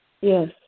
Yes